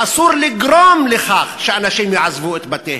אסור לגרום לכך שאנשים יעזבו את בתיהם,